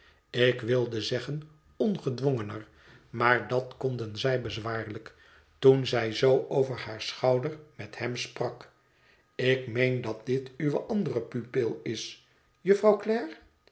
ik wilde zeggen ongedwongener maar dat konden zij bezwaarlijk toen zij zoo over haar schouder met hem sprak ik meen dat dit uwe andere pupil is jufvrouw